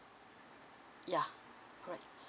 ya correct